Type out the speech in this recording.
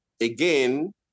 Again